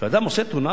כשאדם עושה תאונה,